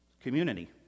community